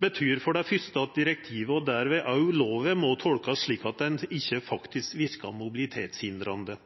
betyr for det første at direktivet – og derved òg lova – må tolkast slik at det ikkje faktisk verkar mobilitetshindrande.